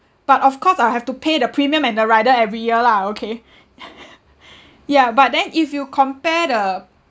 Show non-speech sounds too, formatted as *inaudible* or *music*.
but of course I'll have to pay the premium and the rider every year lah okay *laughs* yeah but then if you compare the